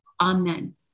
Amen